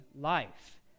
life